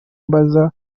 mbaza